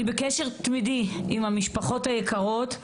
אני בקשר תמידי עם המשפחות היקרות,